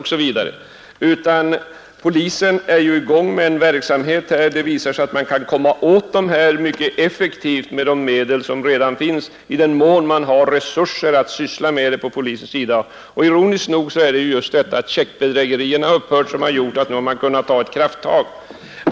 Den verksamhet som polisen satt i gång visar att det går att komma åt ockrarna mycket effektivt med de lagar vi har, i den mån polisen har resurser att disponera för ändamålet. Ironiskt nog är det minskningen av checkbedrägerierna som gett polisen möjlighet att nu ta ett krafttag.